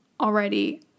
already